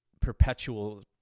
perpetual